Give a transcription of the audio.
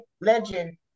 legend